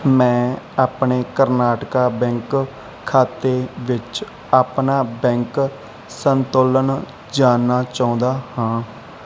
ਮੈਂ ਆਪਣੇ ਕਰਨਾਟਕ ਬੈਂਕ ਖਾਤੇ ਵਿੱਚ ਆਪਣਾ ਬੈਂਕ ਸੰਤੁਲਨ ਜਾਣਨਾ ਚਾਹੁੰਦਾ ਹਾਂ